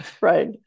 Right